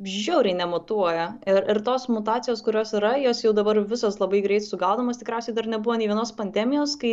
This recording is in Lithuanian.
žiauriai nemutuoja ir ir tos mutacijos kurios yra jos jau dabar visos labai greit sugaudomos tikriausiai dar nebuvo nė vienos pandemijos kai